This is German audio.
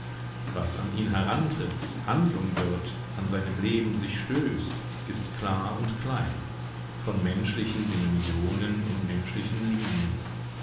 was an ihn herantritt handlung wird an seinem leben sich stößt ist klar und klein von menschlichen dimensionen und menschlichen linien